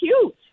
cute